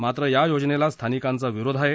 मात्र या योजनेला स्थानिकांचा विरोध आहे